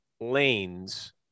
lanes